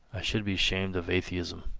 should be ashamed of atheism.